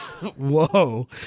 Whoa